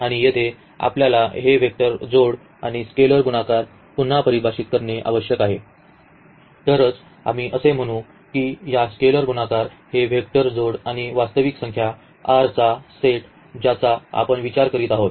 आणि येथे आपल्याला हे वेक्टर जोड आणि स्केलर गुणाकार पुन्हा परिभाषित करणे आवश्यक आहे तरच आम्ही असे म्हणू की या स्केलर गुणाकार हे वेक्टर जोड आणि वास्तविक संख्या R चा हा सेट ज्याचा आपण विचार करीत आहोत